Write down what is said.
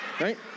right